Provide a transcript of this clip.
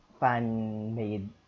fan-made